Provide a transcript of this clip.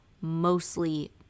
mostly